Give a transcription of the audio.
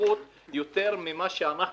והסמכות יותר ממה שיש לנו,